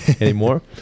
anymore